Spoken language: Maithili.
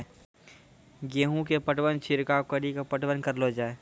गेहूँ के पटवन छिड़काव कड़ी के पटवन करलो जाय?